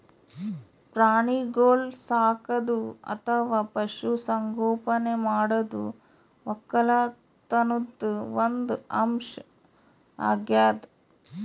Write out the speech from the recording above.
ಪ್ರಾಣಿಗೋಳ್ ಸಾಕದು ಅಥವಾ ಪಶು ಸಂಗೋಪನೆ ಮಾಡದು ವಕ್ಕಲತನ್ದು ಒಂದ್ ಅಂಶ್ ಅಗ್ಯಾದ್